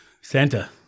Santa